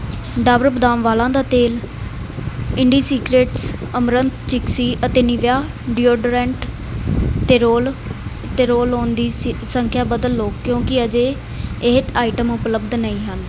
ਡਾਬਰ ਬਦਾਮ ਵਾਲਾਂ ਦਾ ਤੇਲ ਇੰਡੀਸਿਕ੍ਰੇਟਸ ਅਮਰੰਥ ਚਿੱਕਸੀ ਅਤੇ ਨੀਵੀਆ ਡੀਓਡੋਰੈਂਟ ਅਤੇ ਰੋਲ ਤੇ ਰੋਲ ਓਨ ਦੀ ਸ ਸੰਖਿਆ ਬਦਲ ਲਉ ਕਿਉਂਕਿ ਅਜੇ ਇਹ ਆਈਟਮ ਉਪਲਬਧ ਨਹੀਂ ਹਨ